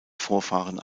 vorfahren